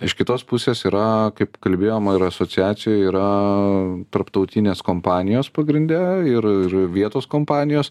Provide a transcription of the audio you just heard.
iš kitos pusės yra kaip kalbėjom ir asociacijoj yra tarptautinės kompanijos pagrinde ir ir vietos kompanijos